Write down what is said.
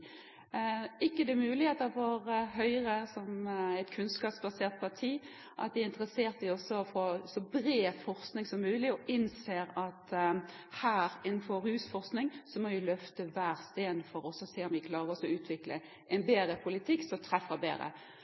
ikke Høyre, som er et kunnskapsbasert parti, interessert i å få så bred forskning som mulig, og innser de at man innenfor rusforskning må løfte hver stein for å se om vi klarer å utvikle en bedre politikk, som treffer bedre?